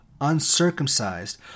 uncircumcised